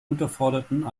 unterforderten